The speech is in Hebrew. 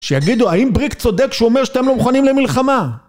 שיגידו האם בריק צודק כשאומר שאתם לא מוכנים למלחמה